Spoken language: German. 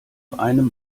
einem